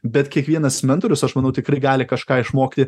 bet kiekvienas mentorius aš manau tikrai gali kažką išmokti